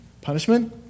punishment